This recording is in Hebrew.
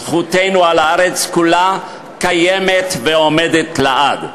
זכותנו על הארץ כולה קיימת ועומדת לעד.